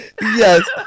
Yes